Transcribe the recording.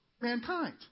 mankind